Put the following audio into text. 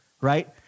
right